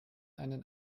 einen